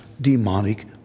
demonic